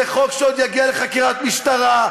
זה חוק שעוד יגיע לחקירת משטרה.